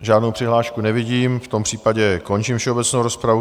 Žádnou přihlášku nevidím, v tom případě končím všeobecnou rozpravu.